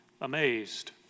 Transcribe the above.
amazed